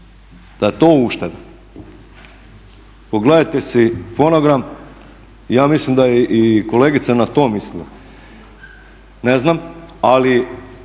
da je to ušteda. Pogledajte si fonogram, ja mislim da je i kolegica na to mislila. Ne znam, ali